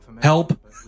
Help